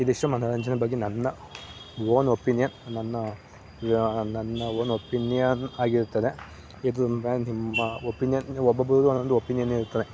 ಇದಿಷ್ಟು ಮನೋರಂಜನೆ ಬಗ್ಗೆ ನನ್ನ ಓನ್ ಒಪಿನಿಯನ್ ನನ್ನ ನನ್ನ ಓನ್ ಒಪಿನಿಯನ್ ಆಗಿರುತ್ತದೆ ಇದು ಮೇಲೆ ನಿಮ್ಮ ಒಪಿನಿಯನ್ ಒಬ್ಬೊಬ್ರದ್ದು ಒಂದೊಂದು ಒಪಿನಿಯನ್ ಇರುತ್ತದೆ